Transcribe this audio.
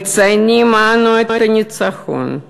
מציינים אנו את הניצחון,